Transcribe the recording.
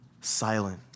silent